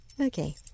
Okay